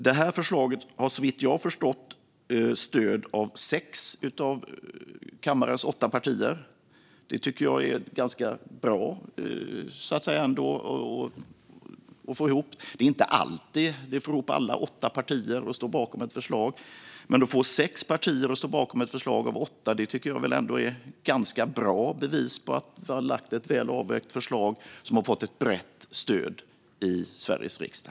Detta förslag har såvitt jag förstått stöd av sex av kammarens åtta partier. Det tycker jag är ett ganska bra stöd att få ihop. Vi får inte alltid alla de åtta partierna att stå bakom ett förslag, men att vi fått sex av åtta partier att stå bakom ett förslag tycker jag ändå är ett ganska bra bevis på att vi har lagt fram ett väl avvägt förslag som har fått ett brett stöd i Sveriges riksdag.